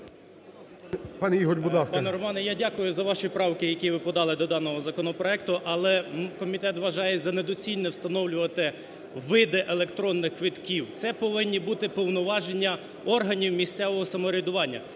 Пане Романе, я дякую за ваші правки, які ви подали до даного законопроекту. Але комітет вважає за недоцільне встановлювати види електронних квитків. Це повинні бути повноваження органів місцевого самоврядування.